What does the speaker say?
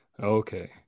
Okay